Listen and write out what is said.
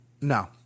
No